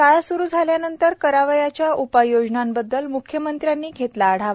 शाळा स्रू झाल्यानंतर करावयाच्या उपाययोजनाबद्दल म्ख्यमंत्र्यांनी घेतला आढावा